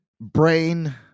brain